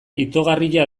itogarria